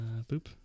Boop